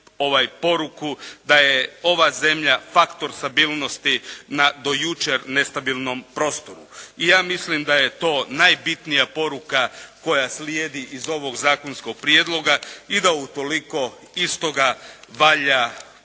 da je ova zemlja faktor stabilnosti na do jučer nestabilnom prostoru. I ja mislim da je to najbitnija poruka koja slijedi iz ovog zakonskog prijedloga i da utoliko iz toga valja